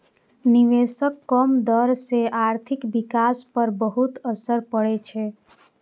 निवेशक कम दर सं आर्थिक विकास पर बहुत असर पड़ै छै